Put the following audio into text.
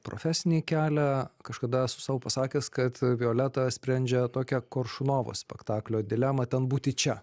profesinį kelią kažkada esu sau pasakęs kad violeta sprendžia tokią koršunovo spektaklio dilemą ten būti čia